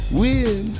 win